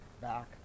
back